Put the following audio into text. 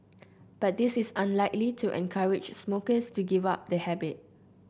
but this is unlikely to encourage smokers to give up the habit